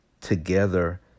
together